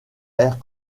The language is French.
air